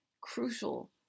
crucial